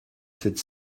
sept